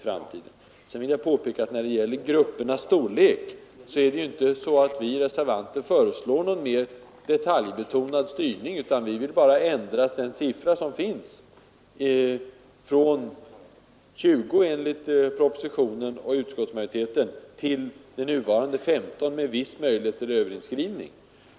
Sedan vill jag påpeka att vi reservanter inte föreslår någon skärpt styrning i fråga om gruppernas storlek, vi vill bara ändra siffran 20 i propositionen och utskottsbetänkandet till nuvarande 15 med viss möjlighet till överinskrivning.